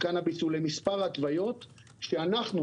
הקנביס הוא למספר התוויות שאנחנו,